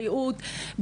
בריאות,